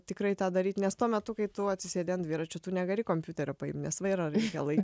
tikrai tą daryt nes tuo metu kai tu atsisėdi ant dviračių tu negali kompiuterio paimt nes vairą reikia lai